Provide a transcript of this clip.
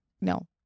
No